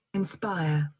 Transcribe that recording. inspire